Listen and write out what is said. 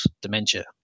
dementia